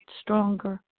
stronger